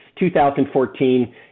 2014